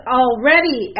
already